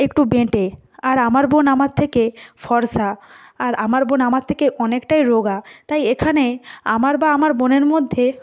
একটু বেঁটে আমার বোন আমার থেকে ফর্সা আর আমার বোন আমার থেকে অনেকটাই রোগা তাই এখানে আমার বা আমার বোনের মধ্যে